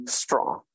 strong